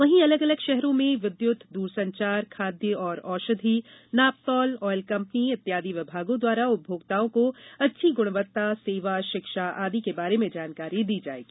वहीं अलग अलग शहरों में विध्यत दूरसंचार खाद्य एवं औषधी नापतौल ऑयल कंपनी इत्यादी विभागों द्वारा उपभोक्ताओं को अच्छी गुणवक्ता सेवा शिक्षा आदि के बारे में जानकारी दी जायेगी